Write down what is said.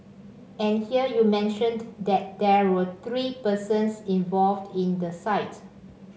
and here you mention that there were three persons involved in the site